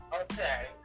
Okay